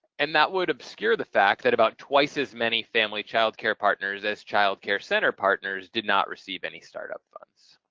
and that would obscure the fact that about twice as many family child care partners as child care center partners did not receive any startup funds.